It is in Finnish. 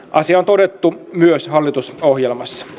asia on todettu myös hallitusohjelmassa